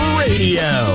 radio